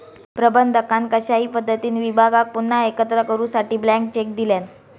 प्रबंधकान कशाही पद्धतीने विभागाक पुन्हा एकत्र करूसाठी ब्लँक चेक दिल्यान